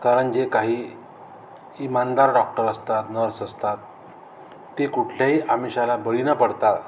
कारण जे काही इमानदार डॉक्टर असतात नर्स असतात ते कुठल्याही आमिशाला बळी न पडतात